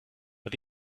but